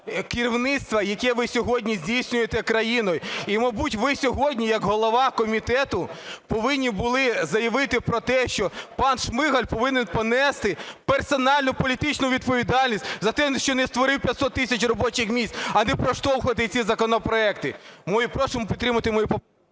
керівництва, яке ви сьогодні здійснюєте, країною. І, мабуть, ви сьогодні як голова комітету повинні були заявити про те, що пан Шмигаль повинен понести персональну політичну відповідальність за те, що не створив 500 тисяч робочих місць, а не проштовхувати ці законопроекти. Ми просимо підтримати мою…